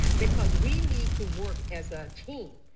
because we need to work as a team,